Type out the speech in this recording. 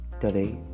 today